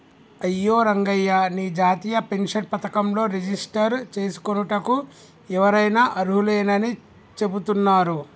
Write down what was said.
అయ్యో రంగయ్య నీ జాతీయ పెన్షన్ పథకంలో రిజిస్టర్ చేసుకోనుటకు ఎవరైనా అర్హులేనని చెబుతున్నారు